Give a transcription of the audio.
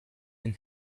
been